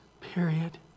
period